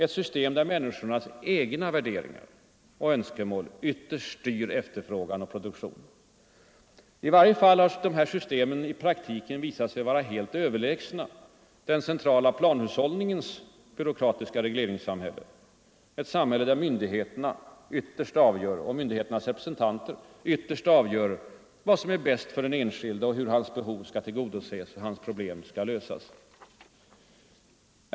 Ett system där människornas egna värderingar och önskemål ytterst styr efterfrågan och produktion. I varje fall har detta system i praktiken visat sig vara helt överlägset den centrala planhushållningens byråkratiska regleringssamhälle. Ett samhälle där myndigheterna — och myndigheternas representanter — ytterst avgör vad som är bäst för den enskilde, hur hans behov skall tillgodoses och hans problem lösas.